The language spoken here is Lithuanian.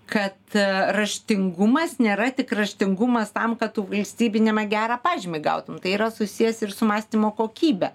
kad raštingumas nėra tik raštingumas tam kad tu valstybiniame gerą pažymį gautum tai yra susijęs ir su mąstymo kokybe